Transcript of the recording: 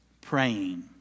praying